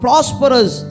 Prosperous